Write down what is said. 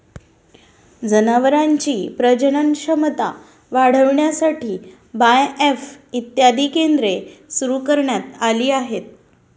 जनावरांची प्रजनन क्षमता वाढविण्यासाठी बाएफ इत्यादी केंद्रे सुरू करण्यात आली आहेत